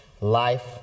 life